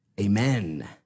Amen